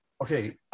Okay